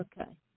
Okay